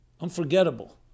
unforgettable